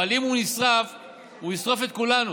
אבל אם הוא נשרף הוא ישרוף את כולנו.